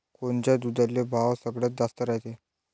कोनच्या दुधाले भाव सगळ्यात जास्त रायते?